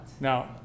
Now